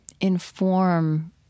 inform